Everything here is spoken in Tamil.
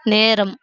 நேரம்